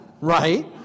right